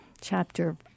chapter